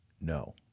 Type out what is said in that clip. no